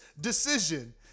decision